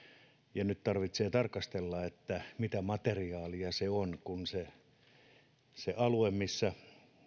ja nyt tarvitsee tarkastella mitä materiaalia se on kun se se alue missä